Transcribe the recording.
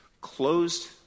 closed